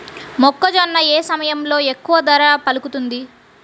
మొక్కజొన్న ఏ సమయంలో ఎక్కువ ధర పలుకుతుంది?